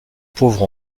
pauvre